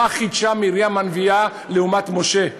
מה חידשה מרים הנביאה לעומת משה.